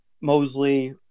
Mosley